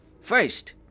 first